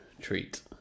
Treat